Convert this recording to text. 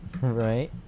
right